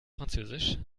französisch